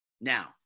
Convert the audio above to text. Now